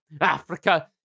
Africa